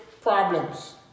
problems